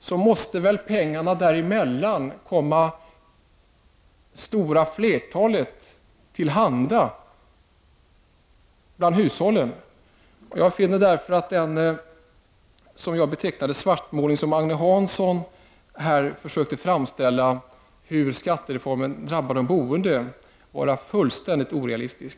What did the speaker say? Då måste väl pengarna däremellan komma det stora flertalet av hushållen till handa? Jag finner därför att den beskrivning, som jag skulle vilja beteckna som en svartmålning, som Agne Hansson här gav över hur skattereformen drabbar de boende, är fullständigt orealistisk.